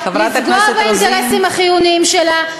לפגוע באינטרסים החיוניים שלה,